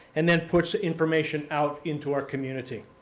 and then puts the information out into our community.